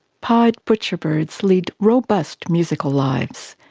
pied butcherbirds lead robust musical lives,